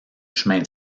chemin